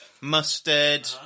mustard